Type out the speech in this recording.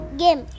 game